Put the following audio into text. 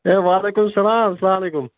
وعلیکم السلام السلام علیکم